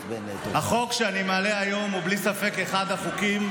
החוק שאני מעלה היום הוא בלי ספק אחד החוקים